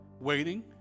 waiting